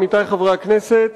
עמיתי חברי הכנסת,